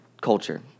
culture